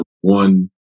one